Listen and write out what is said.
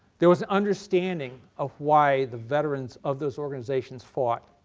there was an understanding of why the veterans of those organizations fought.